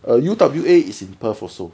err U_W_A is in perth also